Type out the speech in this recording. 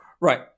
right